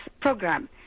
program